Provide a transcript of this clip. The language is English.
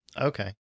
Okay